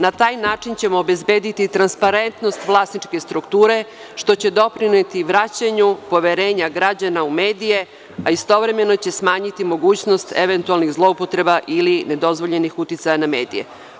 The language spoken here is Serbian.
Na taj način ćemo obezbediti transparentnost vlasničke strukture, što će doprineti vraćanju poverenja građana u medije, a istovremeno će smanjiti mogućnost eventualnih zloupotreba ili nedozvoljenih uticaja na medije.